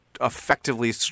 effectively